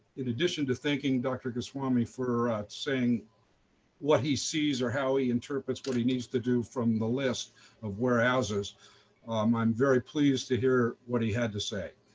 in addition to thanking dr. goswami for saying what he sees or how he interprets what he needs do from the list of whereases, um i'm very pleased to hear what he had to say.